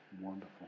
Wonderful